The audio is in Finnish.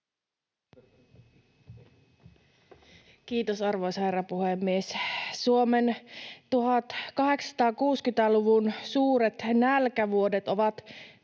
Kiitos, arvoisa herra puhemies! Suomen 1860-luvun suuret nälkävuodet ovat